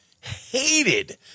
hated